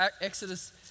Exodus